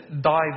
die